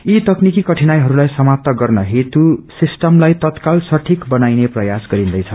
your तकनीति कठिनाईहरूलाई समाप्त गर्न हेतु स्टिमलाई तत्काल सठिक बनाइने प्रयास गरिन्दैछ